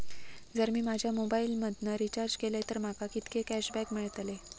जर मी माझ्या मोबाईल मधन रिचार्ज केलय तर माका कितके कॅशबॅक मेळतले?